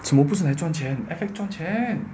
我不是来赚钱 F_X 赚钱